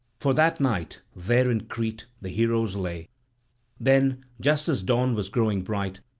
for that night there in crete the heroes lay then, just as dawn was growing bright,